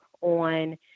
on